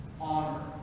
honor